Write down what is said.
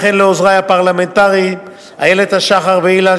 וכן לעוזרי הפרלמנטרים איילת-השחר ואילן,